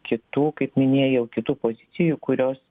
kitų kaip minėjau kitų pozicijų kurios